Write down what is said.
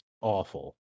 awful